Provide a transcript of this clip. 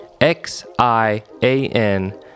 X-I-A-N